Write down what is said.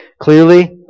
clearly